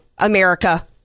America